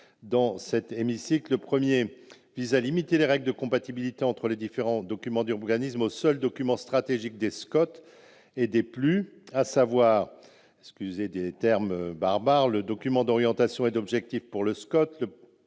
dans cet hémicycle. Le premier amendement vise à limiter les règles de compatibilité entre les différents documents d'urbanisme aux seuls documents stratégiques des SCOT et des PLU, à savoir- excusez ces termes barbares !-, pour le SCOT, le document d'orientation et d'objectifs, ou DOO,